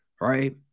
Right